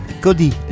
Cody